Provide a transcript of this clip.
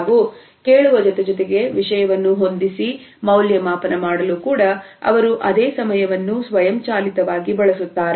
ಹಾಗೂ ಕೇಳುವ ಜೊತೆಜೊತೆಗೆ ವಿಷಯವನ್ನು ಹೊಂದಿಸಿ ಮೌಲ್ಯಮಾಪನ ಮಾಡಲು ಕೂಡ ಅವರು ಅದೇ ಸಮಯವನ್ನು ಸ್ವಯಂಚಾಲಿತವಾಗಿ ಬಳಸುತ್ತಾರೆ